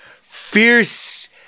fierce